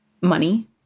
money